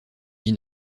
vie